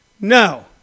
No